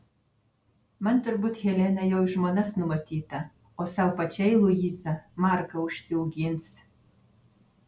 man turbūt helena jau į žmonas numatyta o sau pačiai luiza marką užsiaugins